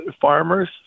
farmers